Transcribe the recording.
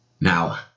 Now